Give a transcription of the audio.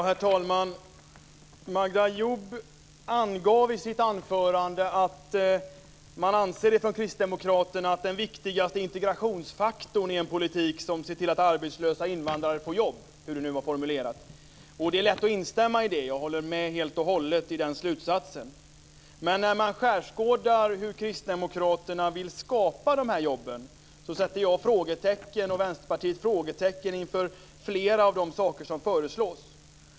Herr talman! Magda Ayoub angav i sitt anförande att kristdemokraterna anser att den viktigaste integrationsfaktorn är en politik som ser till att arbetslösa invandrare får jobb. Det är lätt att instämma i detta. Jag håller med om den slutsatsen. Men när man skärskådar hur kristdemokraterna vill skapa jobben, sätter jag och Vänsterpartiet frågetecken inför flera av de saker som föreslås.